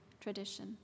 tradition